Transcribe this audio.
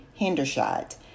Hendershot